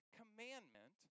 commandment